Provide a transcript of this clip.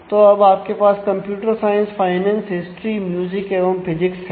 तो अब आपके पास computer science finance history music एवं फिजिक्स है